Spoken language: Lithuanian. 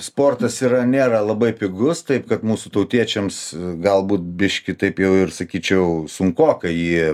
sportas yra nėra labai pigus taip kad mūsų tautiečiams galbūt biškį taip jau ir sakyčiau sunkoka jį